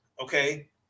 okay